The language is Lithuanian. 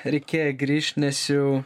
reikėjo grįžt nes jau